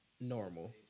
normal